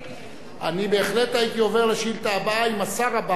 אני בהחלט הייתי עובר לשאילתא הבאה אם השר הבא היה פה.